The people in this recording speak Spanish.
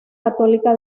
católica